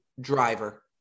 driver